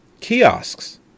kiosks